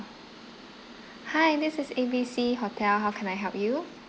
hi this is A B C hotel how can I help you